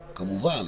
כמובן,